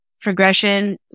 progression